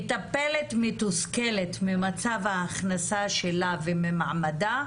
מטפלת מתוסכלת ממצב ההכנסה שלה וממעמדה,